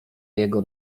jego